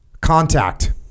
Contact